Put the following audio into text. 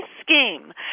scheme